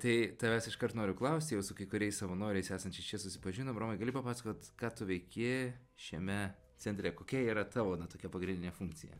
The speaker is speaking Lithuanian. tai tavęs iškart noriu klaust jau su kai kuriais savanoriais esančiais čia susipažinom romai gali papasakot ką tu veiki šiame centre kokia yra ta na tokia pagrindinė funkcija